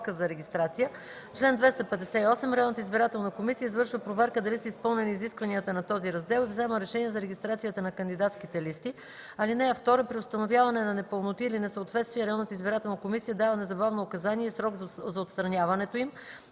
листи. (2) При установяване на непълноти или несъответствия Централната избирателна комисия дава незабавно указания и срок за отстраняването им.